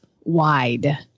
wide